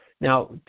now